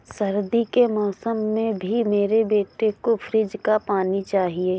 सर्दी के मौसम में भी मेरे बेटे को फ्रिज का पानी चाहिए